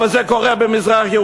אבל זה קורה במזרח-ירושלים,